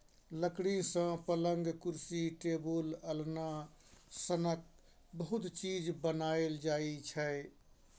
लकड़ी सँ पलँग, कुरसी, टेबुल, अलना सनक बहुत चीज बनाएल जाइ छै